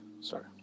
sorry